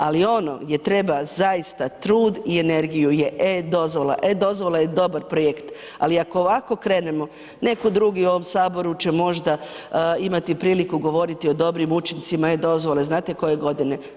Ali ono gdje treba zaista trud i energiju je eDozvola. eDozvola je dobar projekt, ali ako ovako krenemo neko drugi će u ovom Saboru možda imati priliku govoriti o dobrim učincima eDozvole, znate koje godine?